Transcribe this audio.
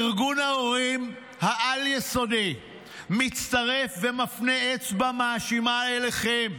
ארגון ההורים בעל-יסודי מצטרף ומפנה אצבע מאשימה אליכם.